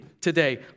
Today